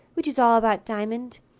which is all about diamond.